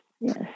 Yes